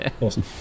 Awesome